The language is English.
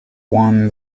won